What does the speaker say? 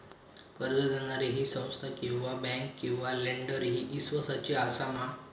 कर्ज दिणारी ही संस्था किवा बँक किवा लेंडर ती इस्वासाची आसा मा?